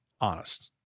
honest